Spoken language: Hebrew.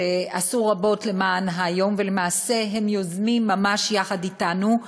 שעשו רבות למען היום ולמעשה הם יוזמים ממש יחד אתנו.